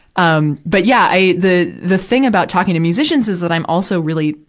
um but, yeah, i, the, the thing about talking to musicians is that i'm also really,